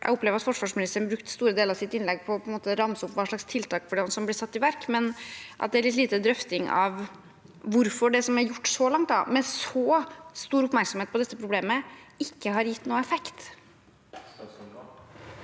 Jeg opplever at forsvarsministeren brukte store deler av sitt innlegg på å ramse opp hva slags tiltak som blir satt i verk, men at det er litt lite drøfting av hvorfor det som er gjort så langt, med så stor oppmerksomhet på problemet, ikke har gitt noen effekt.